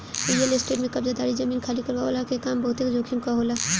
real estate में कब्ज़ादारी, जमीन खाली करववला के काम बहुते जोखिम कअ होला